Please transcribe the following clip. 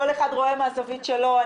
כל אחד רואה מהזווית שלו,